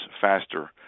faster